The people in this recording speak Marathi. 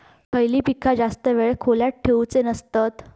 खयली पीका जास्त वेळ खोल्येत ठेवूचे नसतत?